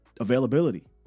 availability